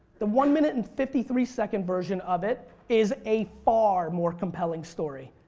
the one minute and fifty three second version of it is a far more compelling story.